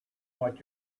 what